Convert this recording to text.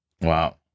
Wow